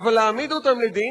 אבל להעמיד אותם לדין,